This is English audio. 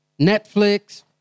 Netflix